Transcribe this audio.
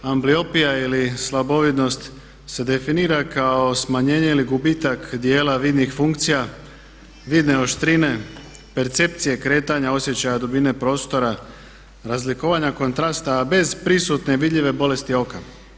Ambliopija ili slabovidnost se definira kao smanjenje ili gubitak dijela vidnih funkcija, vidne oštrine, percepcije kretanja, osjećaja dubine prostora, razlikovanja kontrasta bez prisutne vidljive bolesti oka.